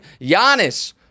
Giannis